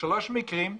בשלושה מקרים,